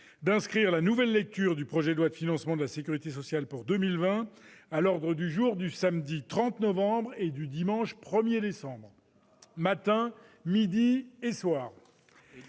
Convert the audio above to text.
d'inscrire la nouvelle lecture du projet de loi de financement de la sécurité sociale pour 2020 à l'ordre du jour du samedi 30 novembre et du dimanche 1 décembre matin, midi et soir.